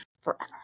forever